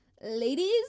Ladies